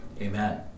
amen